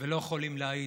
ולא יכולים להעיד.